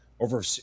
Over